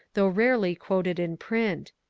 though rarely quoted in print.